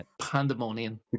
pandemonium